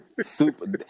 Super